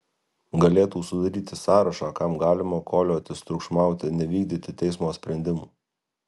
galėtų sudaryti sąrašą kam galima koliotis triukšmauti nevykdyti teismo sprendimų